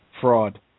Fraud